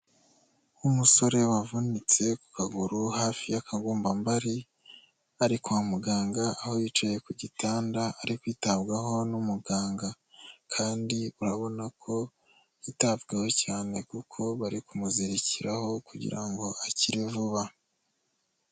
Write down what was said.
Nk'umusore wavunitse ku kaguru hafi y'akagombambari ari kwa muganga aho yicaye ku gitanda ari kwitabwaho n'umuganga. Kandi urabona ko yitabweho cyane kuko bari kumuzirikiraho kugira ngo akire vuba.